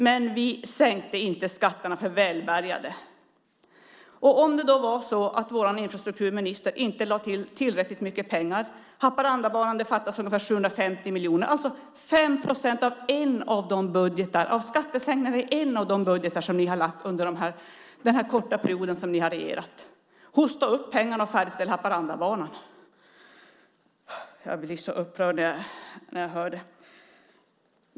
Men vi sänkte inte skatterna för välbärgade. Det fattas ungefär 750 miljoner till Haparandabanan. Det motsvarar 5 procent i skattesänkningar i en av de budgetar som ni har lagt fram under den korta period som ni har regerat. Hosta upp pengarna och färdigställ Haparandabanan! Jag blir så upprörd när jag hör det här.